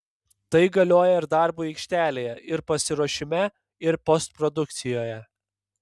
tai galioja ir darbui aikštelėje ir pasiruošime ir postprodukcijoje